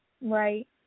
Right